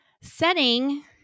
Setting